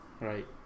Right